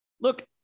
Look